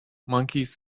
monkeys